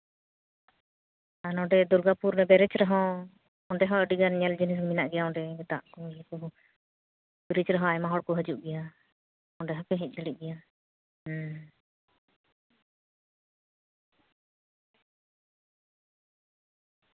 ᱟᱨ ᱱᱚᱸᱰᱮ ᱫᱩᱨᱜᱟᱯᱩᱨ ᱨᱮ ᱵᱮᱨᱮᱡᱽ ᱨᱮᱦᱚᱸ ᱚᱸᱰᱮ ᱦᱚᱸ ᱟᱹᱰᱤ ᱜᱟᱱ ᱧᱮᱞ ᱡᱤᱱᱤᱥ ᱢᱮᱱᱟᱜ ᱜᱮᱭᱟ ᱚᱸᱰᱮ ᱫᱟᱜ ᱠᱚ ᱤᱭᱟᱹ ᱠᱚᱦᱚᱸ ᱵᱨᱤᱡᱽ ᱨᱚᱦᱚᱸ ᱟᱭᱢᱟ ᱦᱚᱲ ᱠᱚ ᱦᱤᱡᱩᱜ ᱜᱮᱭᱟ ᱚᱸᱰᱮ ᱦᱚᱯᱮ ᱦᱮᱡ ᱫᱟᱲᱮᱜ ᱜᱮᱭᱟ ᱦᱩᱸ